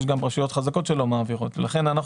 יש גם רשויות חזקות שלא מעבירות ולכן אנחנו